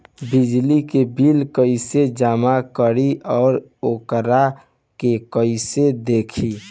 बिजली के बिल कइसे जमा करी और वोकरा के कइसे देखी?